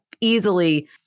easily